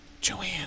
Joanne